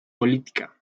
política